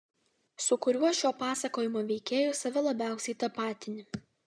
su kuriuo šio pasakojimo veikėju save labiausiai tapatini